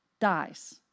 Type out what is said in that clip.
dies